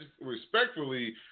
respectfully